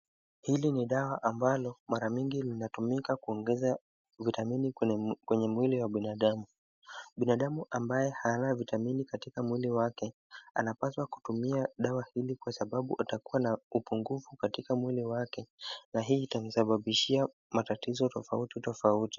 Hili ni dawa ambalo mara mingi linatumika kuongeza vitamini kwenye mwili wa binadamu. Binadamu ambaye hana vitamini katika mwili wake, anapaswa kutumia dawa hili kwa sababu atakuwa na upungufu katika mwili wake na hii itamsababishia matatizo tofauti tofauti.